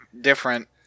different